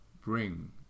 bring